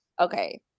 Okay